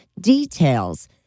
Details